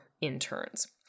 interns